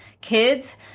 kids